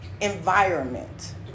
environment